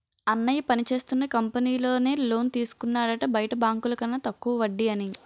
అన్నయ్య పనిచేస్తున్న కంపెనీలో నే లోన్ తీసుకున్నాడట బయట బాంకుల కన్న తక్కువ వడ్డీ అని